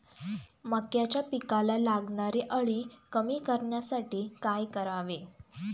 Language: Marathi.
मक्याच्या पिकाला लागणारी अळी कमी करण्यासाठी काय करावे?